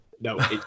no